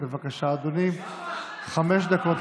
יישר כוח,